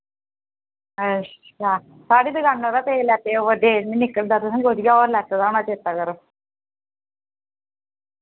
अच्छ साढ़ी दुकाना परा तेल लैते ओवर डेट नि निकलदा तुसें कुदिया होर लैते दा होना चेत्ता करो